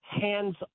hands